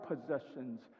possessions